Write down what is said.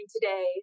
today